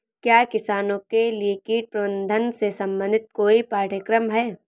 क्या किसानों के लिए कीट प्रबंधन से संबंधित कोई पाठ्यक्रम है?